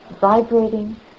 Vibrating